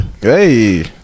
Hey